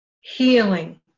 healing